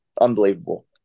Unbelievable